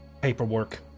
paperwork